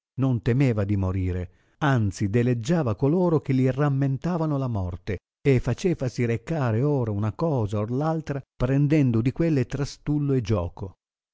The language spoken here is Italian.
non temeva di morire anzi deleggiava coloro che gli rammentavano la morte e facevasi recare ora una cosa o l altra prendendo di quelle trastullo e gioco